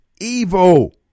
evil